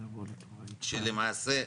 שלמעשה,